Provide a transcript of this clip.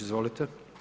Izvolite.